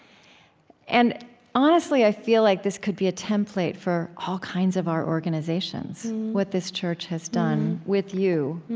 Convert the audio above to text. and honestly, i feel like this could be a template for all kinds of our organizations what this church has done, with you